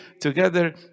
together